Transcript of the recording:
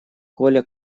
коля